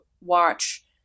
watch